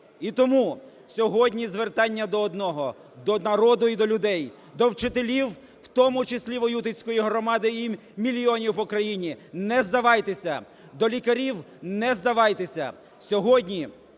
І тому, сьогодні, звертання до одного, до народу і до людей, до вчителів, в тому числі Воютинської громади і мільйонів в Україні: не здавайтеся! До лікарів: не здавайтеся! Сьогодні